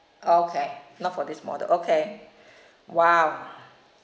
okay not for this model okay !wow!